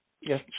Yes